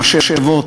במשאבות,